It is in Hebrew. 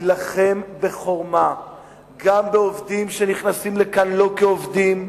להילחם עד חורמה בעובדים שנכנסים לכאן לא כעובדים,